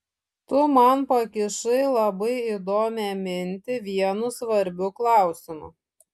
tu man pakišai labai įdomią mintį vienu svarbiu klausimu